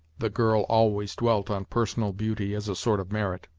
the girl always dwelt on personal beauty as a sort of merit,